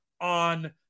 on